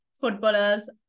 footballers